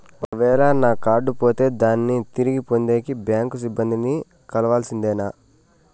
ఒక వేల నా కార్డు పోతే దాన్ని తిరిగి పొందేకి, బ్యాంకు సిబ్బంది ని కలవాల్సిందేనా?